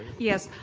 yes,